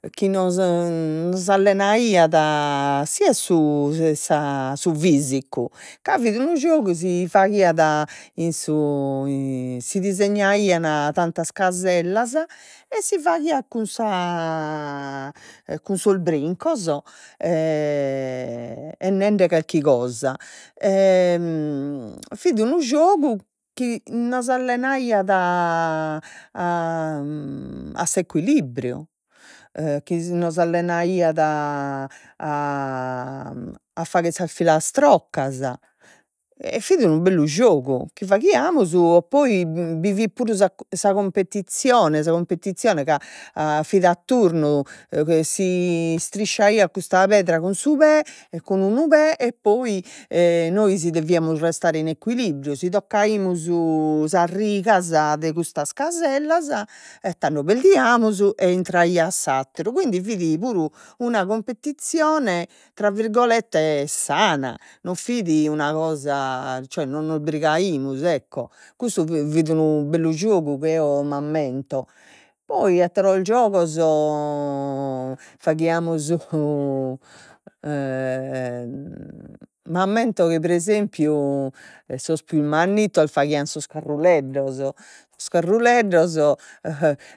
Chi nos allenaiat siat su su fisicu, ca fit unu giogu si faghiat in su i si disignaian tantas casellas, e si faghian cun cun sos brincos e e nende calchi cosa fit unu giogu chi nos allenaiat a s'equilibriu e chi nos allenaiat a fagher sas filastroccas, e fit unu bellu giogu chi faghiamus, e poi bi fit puru sa sa competizione sa cumpetizione, ca a fit a turnu si istrisciaiat custa pedra cun su pè cun d'unu pè, e poi nois deviamus restare in equilibriu, si toccaimus sas rigas de custas casellas, e tando perdiamus e intraiat s'atteru, quindi fit puru una competizione tra virgolette sana, non fit una cosa cioè non nos brigaimus ecco, custu fit unu bellu giogu chi eo m'ammento, poi atteros giogos faghiamus m'ammento chi pre esempiu sos pius mannittos faghian sos carrulleddos carruleddos